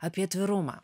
apie atvirumą